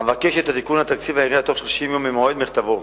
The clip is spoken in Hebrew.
המבקש את תיקון תקציב העירייה בתוך 30 יום ממועד מכתבו.